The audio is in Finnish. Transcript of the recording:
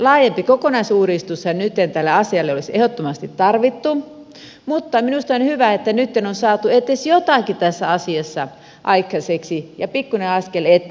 laajempi kokonaisuudistushan nytten tälle asialle olisi ehdottomasti tarvittu mutta minusta on hyvä että nytten on saatu edes jotakin tässä asiassa aikaiseksi ja pikkuinen askel eteenpäin